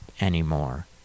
anymore